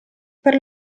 per